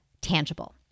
tangible